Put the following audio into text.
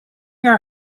her